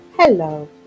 Hello